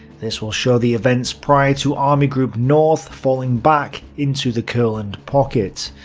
this will show the events prior to army group north falling back into the courland pocket.